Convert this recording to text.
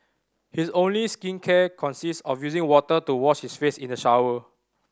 his only skincare consists of using water to wash his face in the shower